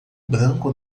branco